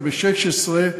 וב-2016,